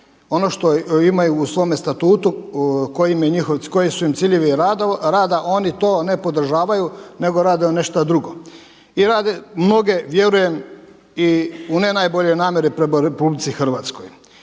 Ono što imaju u svome statutu koji su im ciljevi rada oni to ne podržavaju nego rade nešta druge i rade mnoge vjerujem i u ne najboljoj namjeri prema RH. Isto